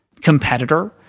competitor